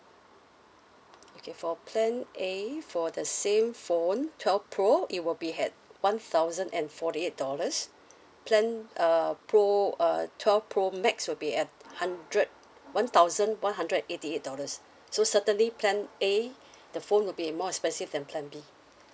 okay for plan A for the same phone twelve pro it will be at one thousand and forty eight dollars plan uh pro uh twelve pro max will be at hundred one thousand one hundred eighty eight dollars so certainly plan A the phone will be more expensive than plan B